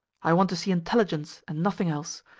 i want to see intelligence, and nothing else.